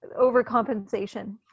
Overcompensation